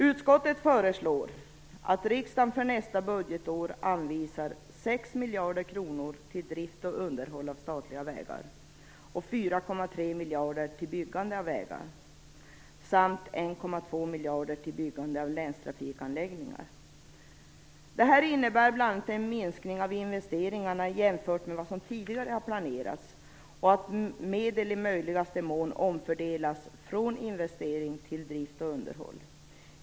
Utskottet föreslår att riksdagen för nästa budgetår anvisar 6 miljarder kronor till drift och underhåll av statliga vägar, 4,3 miljarder kronor till byggande av vägar och 1,2 miljarder kronor till byggande av länstrafikanläggningar. Detta innebär bl.a. en minskning av investeringarna jämfört med vad som tidigare planerats och att medel i möjligaste mån omfördelas från investeringar till drift och underhåll.